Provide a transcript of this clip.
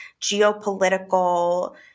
geopolitical